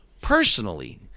personally